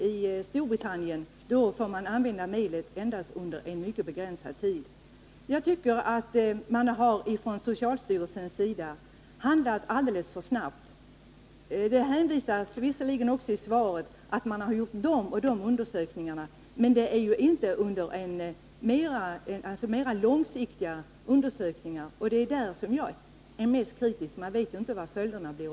I Storbritannien får man använda medlet endast under en mycket begränsad tid. Jag tycker att man från socialstyrelsens sida har handlat alldeles för snabbt. Det hänvisas visserligen i svaret till att man har gjort vissa undersökningar, men det är ju inte studier av långtidseffekterna. Och det är på den punkten jag är mest kritisk — man vet inte vilka följderna blir.